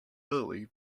early